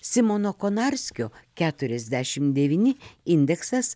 simono konarskio keturiasdešimt devyni indeksas